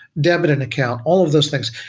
debit and account, all of those things.